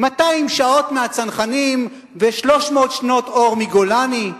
200 שעות מהצנחנים ו-300 שנות אור מגולני,